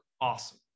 awesome